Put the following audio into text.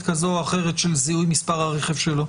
כזאת או אחרת של זיהוי מספר הרכב שלו,